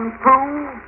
prove